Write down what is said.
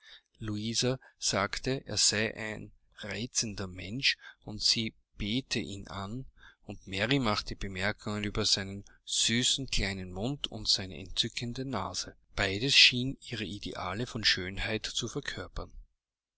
sagte er sei ein reizender mensch und sie bete ihn an und mary machte bemerkungen über seinen süßen kleinen mund und seine entzückende nase beides schien ihre ideale von schönheit zu verkörpern